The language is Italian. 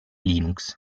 linux